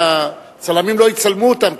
שהצלמים לא יצלמו אותם,